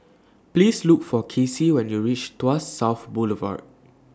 Please Look For Kasey when YOU REACH Tuas South Boulevard